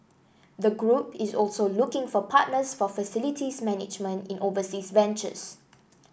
the group is also looking for partners for facilities management in overseas ventures